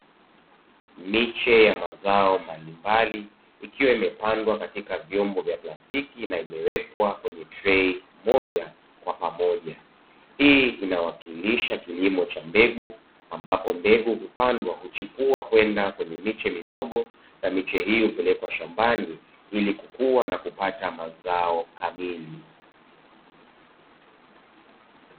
Miche ya mazao mbalimbali ikiwa imepandwa katika vyombo vya plastiki na imewekwa kwenye trei moja kwa pamoja. Hii inawakilisha kilimo cha mbegu ambapo mbegu hupandwa huchipua kwenda kwenye miche midogo na miche hiyo hupelekwa shambani ili kukua na kupata mazao kamili.